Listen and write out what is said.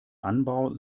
anbau